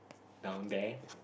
down there